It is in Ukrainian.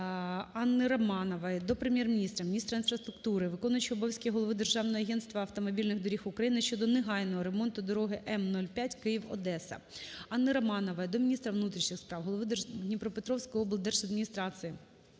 Анни Романової до Прем'єр-міністра, міністра інфраструктури, виконуючого обов'язки голови Державного агентства автомобільних доріг України щодо негайного ремонту дороги М-05 Київ - Одеса. Анни Романової до міністра внутрішніх справ, голови Дніпропетровської облдержадміністрації